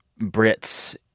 Brits